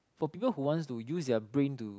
for people who wants to use their brain to